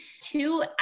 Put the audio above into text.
Two